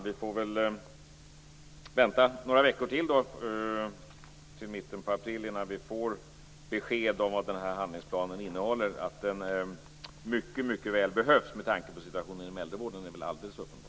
Vi får väl vänta några veckor till, till mitten av april, innan vi får besked om vad denna handlingsplan innehåller. Att den behövs mycket väl med tanke på situationen inom äldrevården är väl alldeles uppenbart.